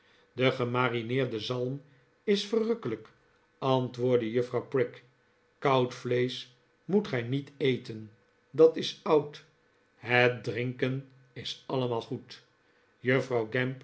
de gemarineerde zalm is verrukkelijk antwoordde juffrouw prig koud vleesch moet gij niet eten dat is oud het drinken is allemaal goed juffrouw